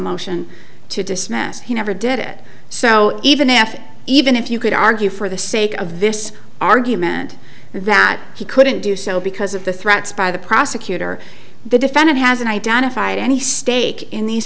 motion to dismiss he never did it so even if even if you could argue for the sake of this argument that he couldn't do so because of the threats by the prosecutor the defendant has identified any stake in these